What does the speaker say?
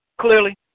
clearly